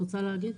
רוצה להגיד?